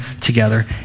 together